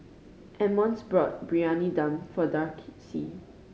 Emmons bought Briyani Dum for